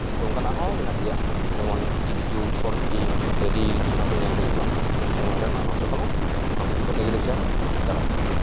ᱛᱳ ᱚᱱᱠᱟᱱᱟᱜ ᱦᱚᱸ ᱢᱮᱱᱟᱜ ᱜᱮᱭᱟ ᱡᱮᱢᱚᱱ ᱠᱤᱪᱷᱩ ᱠᱤᱪᱷᱩ ᱥᱚᱨᱴ ᱯᱷᱤᱞᱤᱢ ᱥᱮ ᱨᱤᱞᱥ ᱚᱱᱟ ᱠᱚ ᱧᱮᱞ ᱛᱮ ᱱᱤᱛᱚᱜ ᱟᱢ ᱥᱚᱢᱚᱭ ᱜᱮ ᱱᱚᱥᱴᱚᱜ ᱛᱟᱢᱟ ᱚᱱᱟ ᱠᱚᱡ ᱫᱚ ᱱᱮᱜᱮᱴᱤᱵᱷ ᱥᱮᱜ ᱮᱢ ᱪᱟᱞᱟᱜᱼᱟ